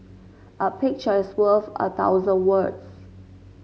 a picture is worth a thousand words